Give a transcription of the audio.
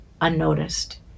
unnoticed